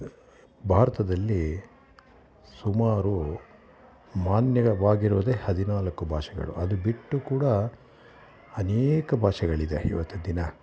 ಭಾರತದಲ್ಲಿ ಸುಮಾರು ಮಾನ್ಯವಾಗಿರುವುದೆ ಹದಿನಾಲ್ಕು ಭಾಷೆಗಳು ಅದು ಬಿಟ್ಟು ಕೂಡ ಅನೇಕ ಭಾಷೆಗಳಿದೆ ಇವತ್ತಿನ ದಿನ